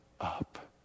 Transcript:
up